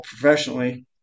professionally